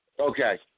Okay